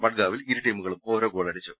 മഡ്ഗാവിൽ ഇരുടീമു കളും ഓരോ ഗോളടിച്ചു